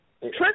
Trust